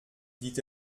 dit